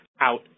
out